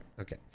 okay